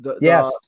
Yes